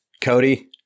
Cody